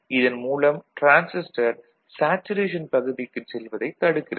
இதன் மூலம் transistor saturation பகுதிக்குச் செல்வதைத் தடுக்கிறது